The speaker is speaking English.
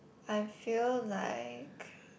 I feel like